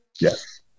Yes